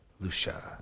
Lucia